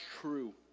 true